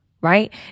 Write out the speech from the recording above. Right